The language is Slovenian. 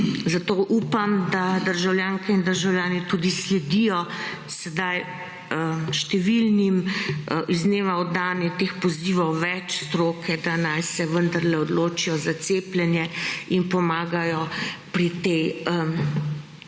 Zato upam, da državljanke in državljani tudi sledijo sedaj številnim iz dneva v dan je teh pozivov več stroke, da naj se vendarle odločijo za cepljenje in pomagajo pri